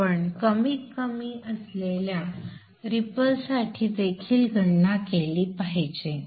आपण कमीतकमी असलेल्या रिपल साठी देखील गणना केली पाहिजे